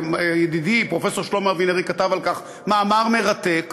וידידי פרופסור שלמה אבינרי כתב על כך מאמר מרתק,